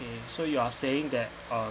mm so you are saying that uh